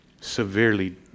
severely